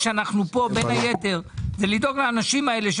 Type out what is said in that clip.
אנחנו נמצאים פה בין היתר כדי לדאוג לאנשים האלה,